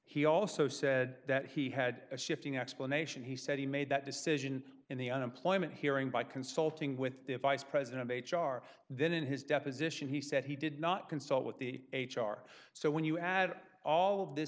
he also said that he had a shifting explanation he said he made that decision in the unemployment hearing by consulting with the vice president of h r then in his deposition he said he did not consult with the h r so when you add all of this